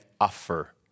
offer